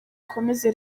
ikomeze